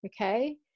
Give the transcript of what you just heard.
Okay